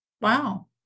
Wow